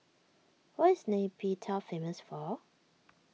what is Nay Pyi Taw famous for